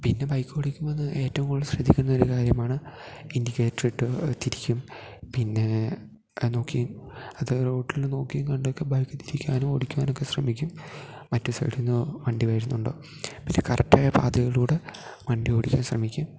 പിന്നെ ബൈക്ക് ഓടിക്കുമ്പം എന്ന് ഏറ്റവും കൂടുതൽ ശ്രദ്ധിക്കേണ്ട ഒരു കാര്യമാണ് ഇൻറ്റിക്കേറ്റർ ഇട്ട് തിരിക്കും പിന്നെ നോക്കി അത് റോഡിൽ നോക്കിയും കണ്ടൊക്കെ ബൈക്ക് തിരിക്കാനും ഓടിക്കുവാനുമൊക്കെ ശ്രമിക്കും മറ്റു സൈഡിൽ നിന്ന് വണ്ടി വരുന്നുണ്ടോ പിന്നെ കറക്റ്റ് ആയ പാതയിലൂടെ വണ്ടി ഓടിക്കാൻ ശ്രമിക്കും